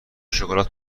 شکلات